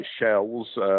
shells